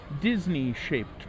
Disney-shaped